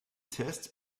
test